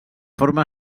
forma